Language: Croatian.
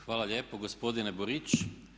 Hvala lijepo gospodine Borić.